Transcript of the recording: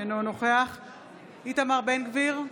אינו נוכח איתמר בן גביר,